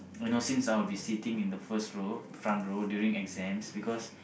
you know since I be sitting first row front row during exams because